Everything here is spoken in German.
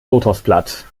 lotosblatt